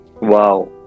Wow